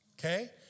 Okay